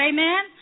Amen